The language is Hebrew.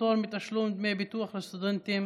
פטור מתשלום דמי ביטוח לסטודנטים